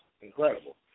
Incredible